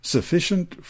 Sufficient